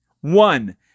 One